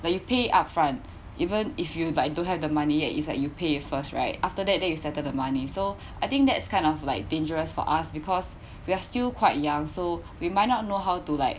like you pay upfront even if you like don't have the money it's like you pay it first right after that then you settle the money so I think that's kind of like dangerous for us because we are still quite young so we might not know how to like